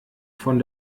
von